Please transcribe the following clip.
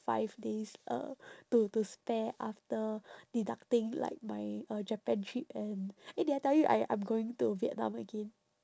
five days uh to to spare after deducting like my uh japan trip and eh did I tell you I I'm going to vietnam again